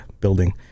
building